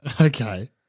Okay